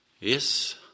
Yes